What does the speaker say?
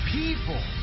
people